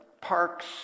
parks